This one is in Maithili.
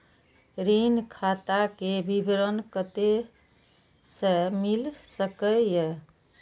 ऋण खाता के विवरण कते से मिल सकै ये?